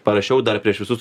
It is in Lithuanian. parašiau dar prieš visus